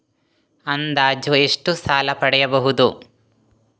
ಅಂದಾಜು ಎಷ್ಟು ಸಾಲ ಪಡೆಯಬಹುದು?